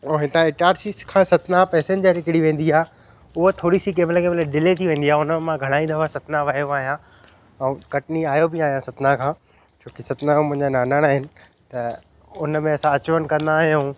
हूअं हिता इटारसी खां सतना पेसेंजर हिकिड़ी वेंदी आहे हूअ थोरी सी कंहिं महिल कंहिं महिल डिले थी वेंदी आहे उन मां घणेई दफ़ा सतना वियो आहियां ऐं कटनी आयो बि आहियां सतना खां छो की सतना मां मुंहिंजा नानाणा आहिनि त उनमें असां अच वञ कंदा आहियूं